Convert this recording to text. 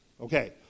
Okay